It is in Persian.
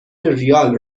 ریال